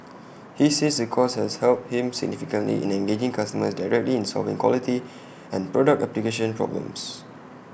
he says the course has helped him significantly in engaging customers directly in solving quality and product application problems